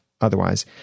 otherwise